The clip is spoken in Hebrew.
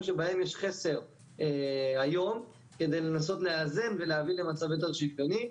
שבהם יש חסר היום כדי לנסות לאזן ולהביא למצב יותר שוויוני.